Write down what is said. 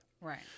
Right